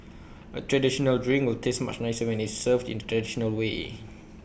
A traditional drink will taste much nicer when IT is served in the traditional way